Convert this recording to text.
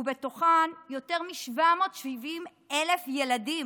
ובתוכן יותר מ-770,000 ילדים.